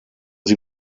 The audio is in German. sie